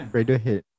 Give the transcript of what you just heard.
Radiohead